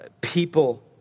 people